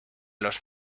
los